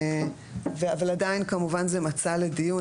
אבל עדיין כמובן זה מצע לדיון.